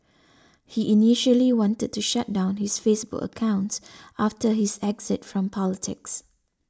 he initially wanted to shut down his Facebook accounts after his exit from politics